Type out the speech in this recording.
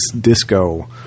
disco